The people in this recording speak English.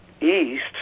east